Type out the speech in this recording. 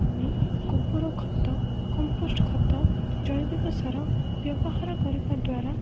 ଆମେ ଗୋବର ଖତ କମ୍ପୋଷ୍ଟ ଖତ ଜୈବିକ ସାର ବ୍ୟବହାର କରିବା ଦ୍ୱାରା